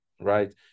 right